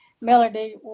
Melody